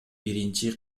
биринчи